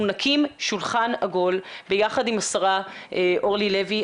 נקים שולחן עגול ביחד עם השרה אורלי לוי,